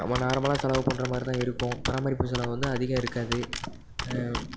நம்ம நார்மலாக செலவு பண்ணுற மாதிரி தான் இருக்கும் பராமரிப்பு செலவு வந்து அதிகம் இருக்காது